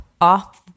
off